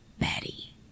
Betty